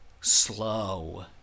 slow